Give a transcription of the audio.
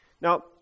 Now